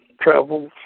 travel